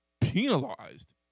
penalized